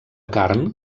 carn